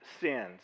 sins